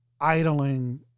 idling